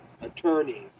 attorneys